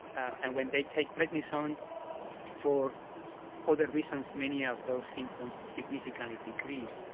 and when they take prednisone for other reasons, many of those symptoms significantly decrease.